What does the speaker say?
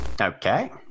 Okay